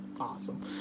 Awesome